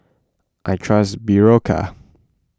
I trust Berocca